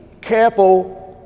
careful